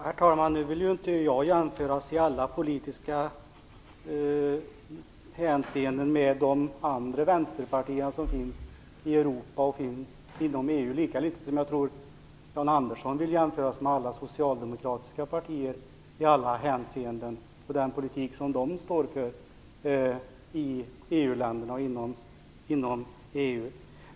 Herr talman! Nu vill inte jag jämföras i alla politiska hänseenden med de andra vänsterpartierna som finns i Europa och inom EU, lika litet som jag tror att Jan Andersson vill i alla hänseenden jämföras med andra socialdemokratiska partier och den politik som de står för i EU-länderna och inom EU.